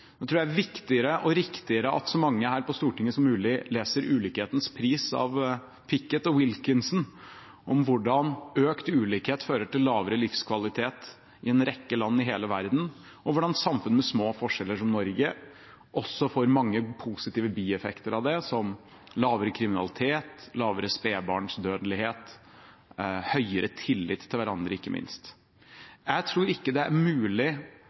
tror det er viktigere og riktigere at så mange som mulig her på Stortinget leser «Ulikhetens pris» av Pickett og Wilkinson, om hvordan økt ulikhet fører til lavere livskvalitet i en rekke land i hele verden, og om hvordan samfunn med små forskjeller, som Norge, også får mange positive bieffekter av det, som lavere kriminalitet, lavere spedbarnsdødelighet og, ikke minst, høyere tillit til hverandre. Jeg tror ikke det er mulig